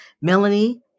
Melanie